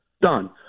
Done